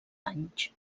anys